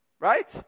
Right